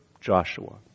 Joshua